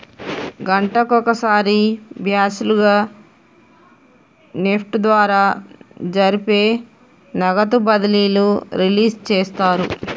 గంటకొక సారి బ్యాచ్ లుగా నెఫ్ట్ ద్వారా జరిపే నగదు బదిలీలు రిలీజ్ చేస్తారు